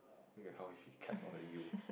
look at how she caps all the U